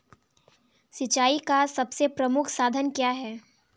सिंचाई का सबसे प्रमुख साधन क्या है?